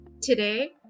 Today